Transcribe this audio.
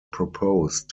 proposed